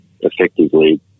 effectively